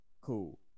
Cool